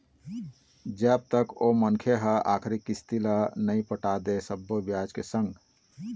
जब तक ओ मनखे ह आखरी किस्ती ल नइ पटा दे सब्बो बियाज के संग